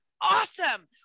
awesome